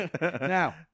Now